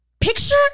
Picture